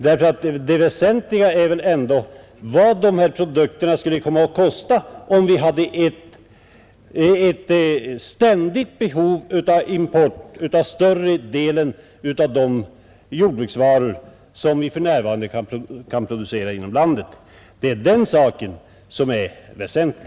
Det väsentliga är väl ändå vad dessa produkter skulle komma att kosta om vi hade ett ständigt behov av import av större delen av de jordbruksvaror som vi för närvarande kan producera inom landet. Det är den saken som är väsentlig.